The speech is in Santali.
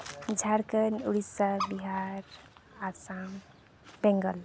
ᱡᱷᱟᱲᱠᱷᱚᱱ ᱩᱲᱤᱥᱥᱟ ᱵᱤᱦᱟᱨ ᱟᱥᱟᱢ ᱵᱮᱝᱜᱚᱞ